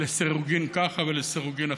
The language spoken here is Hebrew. לסירוגין ככה ולסירוגין אחרת.